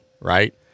right